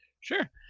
Sure